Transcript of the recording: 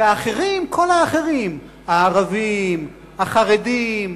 וכל האחרים, הערבים, החרדים,